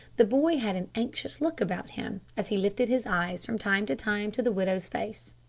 the boy had an anxious look about him, as he lifted his eyes from time to time to the widow's face.